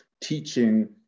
teaching